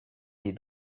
des